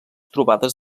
trobades